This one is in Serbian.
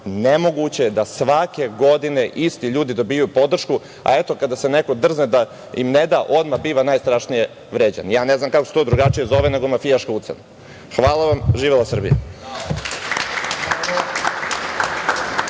nemoguće je da svake godine isti ljudi dobijaju podršku, a eto kada se neko drzne da im ne da odmah biva najstrašnije vređan. Ne znam kako se to drugačije zove nego mafijaška ucena. Hvala vam. Živela Srbija!